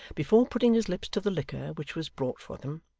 before putting his lips to the liquor which was brought for them,